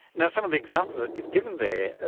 now, some of the examples that you've given there, ah